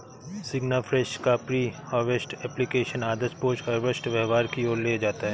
सिग्नाफ्रेश का pre harvest application आदर्श post harvest व्यवहार की ओर ले जाता है